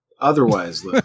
otherwise